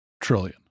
trillion